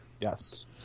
Yes